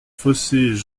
fossés